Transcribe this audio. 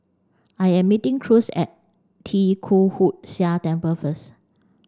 I am meeting Cruz at Tee Kwee Hood Sia Temple first